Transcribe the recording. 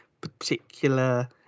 particular